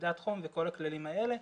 מדידת חום וכל הכללים האלה.